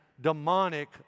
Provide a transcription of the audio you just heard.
demonic